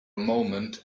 moment